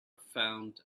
found